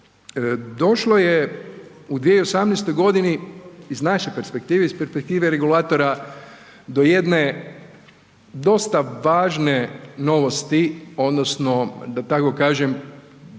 Došlo je u 2018. godini, iz naše perspektive, iz perspektive regulatora do jedne dosta važne novosti odnosno da tako kažem